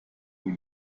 wohl